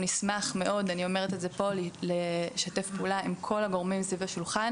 נשמח מאוד לשתף פעולה עם כל הגורמים מסביב לשולחן